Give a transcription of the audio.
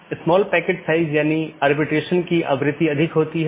और यह मूल रूप से इन पथ विशेषताओं को लेता है